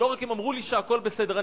ולא רק: אמרו לי שהכול בסדר.